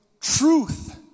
truth